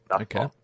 Okay